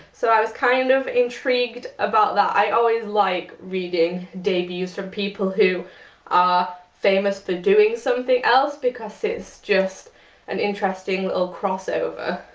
so i was kind of intrigued about that. i always like reading debuts from people who are famous for doing something else because it's just an interesting cross over.